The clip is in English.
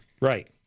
Right